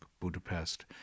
Budapest